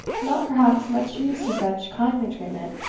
not, perhaps, much used to such kindly treatment,